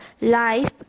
Life